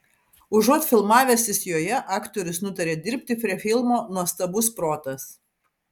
užuot filmavęsis joje aktorius nutarė dirbti prie filmo nuostabus protas